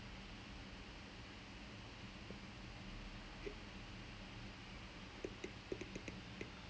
and err I mean I mean friends lah but still it's part of his company that's what his company does right so